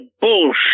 bullshit